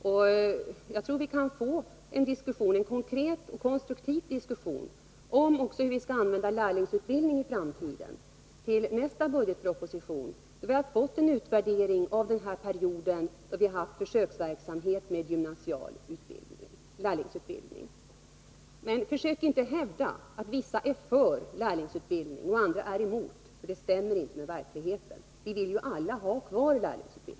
Och jag tror också att vi till nästa budgetproposition, då vi har fått en utvärdering av den period då vi haft försöksverksamhet med eftergymnasial lärlingsutbildning, kan få en konkret och konstruktiv diskussion, om hur vi skall använda lärlingsutbildningen i framtiden. Men försök inte hävda att vissa är för och andra är emot lärlingsutbildning — det stämmer inte med verkligheten. Vi vill ju alla ha kvar lärlingsutbildningen.